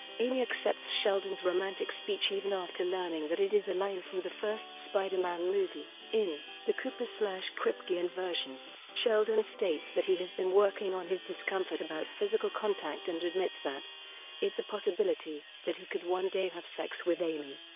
amy accepts sheldon's romantic speech even after learning that it is a line from the first spider-man movie. in the cooper so kripke inversion sheldon states that he has been working on his discomfort about physical contact and admits that it's a possibility that he could one day have sex with amy.